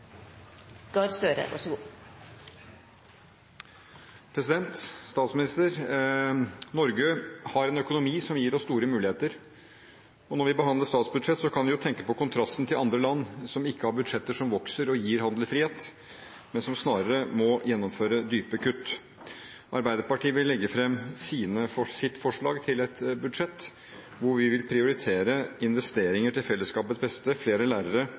Norge har en økonomi som gir oss store muligheter. Når vi behandler statsbudsjett, kan vi jo tenke på kontrasten til andre land som ikke har budsjetter som vokser og gir handlefrihet, men som snarere må gjennomføre dype kutt. Arbeiderpartiet vil legge fram sitt forslag til et budsjett hvor vi vil prioritere investeringer til fellesskapets beste: flere lærere,